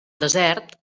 desert